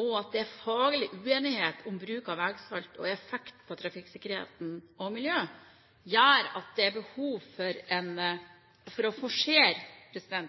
og at det er faglig uenighet om bruk av vegsalt og effekt på trafikksikkerhet og miljø, gjør at det er behov for å forsere